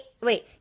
wait